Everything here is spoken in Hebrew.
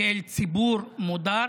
כעל ציבור מודר